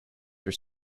were